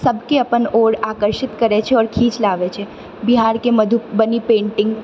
सबके अपन ओर आकर्षित करैत छै आओर खीच लाबै छै बिहारके मधुबनी पेन्टिङ्ग